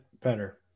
better